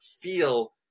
feel